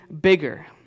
bigger